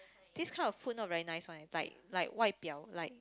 these kind of food not very nice one like like 外表 like